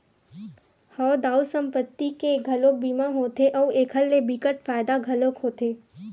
हव दाऊ संपत्ति के घलोक बीमा होथे अउ एखर ले बिकट फायदा घलोक होथे